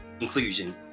inclusion